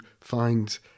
find